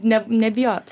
ne nebijot